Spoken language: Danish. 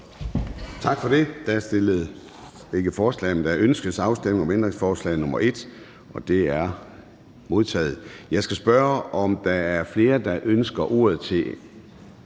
Tak for det. Der ønskes afstemning om ændringsforslag nr. 1. Det er modtaget. Jeg skal spørge, om der er flere, der ønsker ordet til